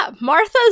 Martha's